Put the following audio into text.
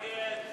עיגול סכומים),